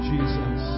Jesus